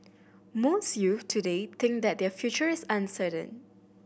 most youth today think that their feature is uncertain